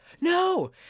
No